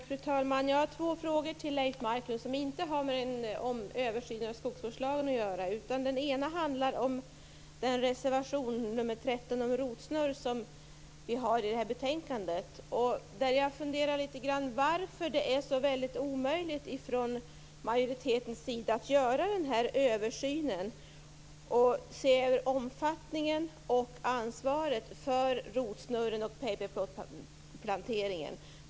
Fru talman! Jag har två frågor till Leif Marklund som inte har med översynen av skogsvårdslagen att göra. Den ena frågan rör reservation 13 om rotsnurr, som vi fogat till betänkandet. Jag funderar litet grand på varför det från majoritetens sida är så omöjligt att göra en översyn av omfattningen och ansvaret för rotsnurren och paperpot-planteringen.